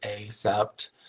accept